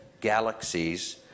galaxies